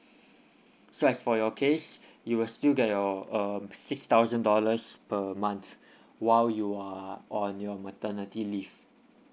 so as for your case you will still get your uh six thousand dollars per month while you are on your maternity leave